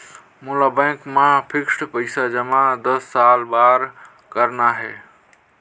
मोला बैंक मा फिक्स्ड पइसा जमा दस साल बार करना हे?